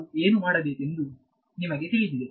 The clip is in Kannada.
ನಾವು ಏನು ಮಾಡಬೇಕೆಂದು ನಿಮಗೆ ತಿಳಿದಿದೆ